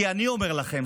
כי אני אומר לכם,